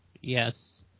Yes